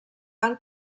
van